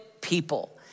people